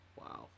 Wow